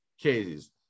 cases